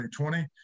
2020